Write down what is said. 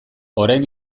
orain